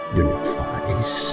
unifies